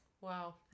Wow